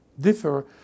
differ